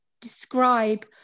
describe